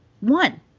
One